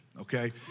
okay